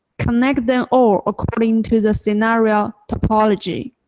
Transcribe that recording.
connect them all according to the scenario topology.